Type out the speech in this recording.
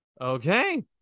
okay